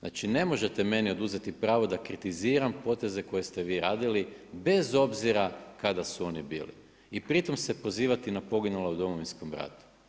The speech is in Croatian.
Ne možete meni oduzeti pravo da kritiziram poteze koje ste vi radili bez obzira kada su oni bili i pri tom se pozivati na poginule u Domovinskom ratu.